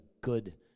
good